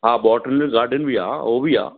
हा botanical garden बि आहे उहो बि आहे